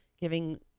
giving